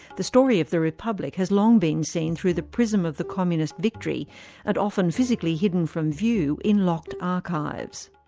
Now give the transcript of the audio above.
the story of the republic has long been seen through the prism of the communist victory and often physically hidden from view in locked archives.